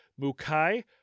Mukai